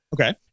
Okay